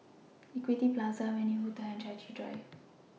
Equity Plaza Venue Hotel and Chai Chee Drive